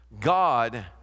God